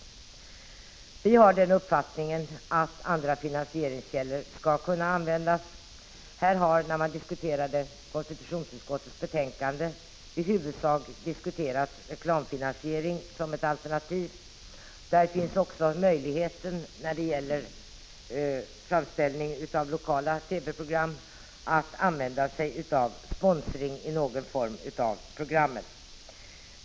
I moderata samlingspartiet har vi den uppfattningen att andra finansieringskällor än statligt stöd skall kunna användas. När konstitutionsutskottets betänkande behandlades diskuterade man i huvudsak reklamfinansiering som ett alternativ. Vid framställningen av lokala TV-program finns också möjligheten att använda någon form av sponsring av programmen.